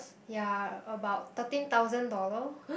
ya about thirteen thousand dollar